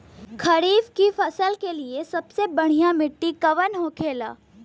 खरीफ की फसल के लिए सबसे बढ़ियां मिट्टी कवन होखेला?